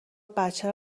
بچه